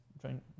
drink